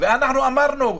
ואנחנו אמרנו,